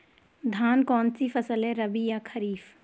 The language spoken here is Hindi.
धान कौन सी फसल है रबी या खरीफ?